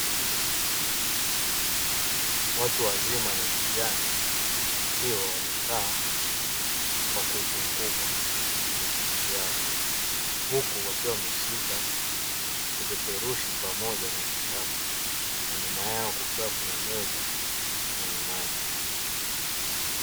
Watu wazima na vijana wakiwa wamekaa kwa kuzunguka kwenye viti vyao huku wakiwa wameshika vipeperushi na vitabu na nyuma yao kukiwa na meza yenye maji.